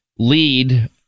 lead